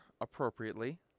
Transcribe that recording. appropriately